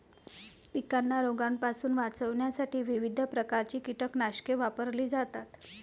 पिकांना रोगांपासून वाचवण्यासाठी विविध प्रकारची कीटकनाशके वापरली जातात